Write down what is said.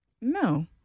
No